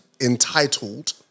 Entitled